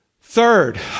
Third